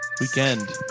weekend